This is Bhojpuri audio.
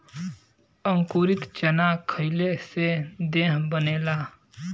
अंकुरित चना खईले से देह बनेला